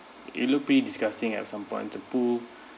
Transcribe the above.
it looked pretty disgusting at some points the pool